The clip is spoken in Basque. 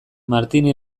martini